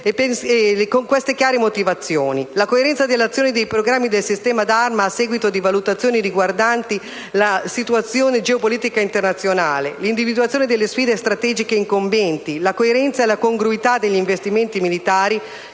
con queste chiare motivazioni: la coerenza dell'adozione dei programmi del sistema d'arma a seguito di valutazioni riguardanti la situazione geopolitica internazionale, l'individuazione delle sfide strategiche incombenti, la coerenza e la congruità degli investimenti militari,